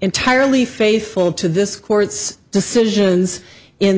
entirely faithful to this court's decisions in